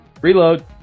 reload